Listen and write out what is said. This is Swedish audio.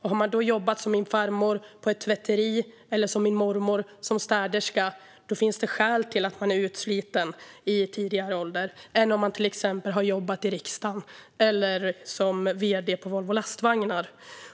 Har man jobbat på ett tvätteri som min farmor eller som städerska som min mormor finns det orsaker till att man är utsliten i tidigare ålder än om man till exempel har jobbat i riksdagen eller som vd på Volvo Lastvagnar.